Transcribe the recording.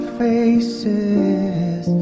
faces